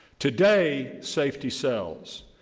today, safety sells.